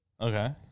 Okay